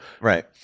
Right